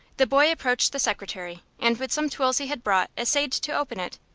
the boy approached the secretary, and with some tools he had brought essayed to open it.